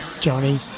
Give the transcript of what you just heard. johnny